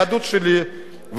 היהדות שלי,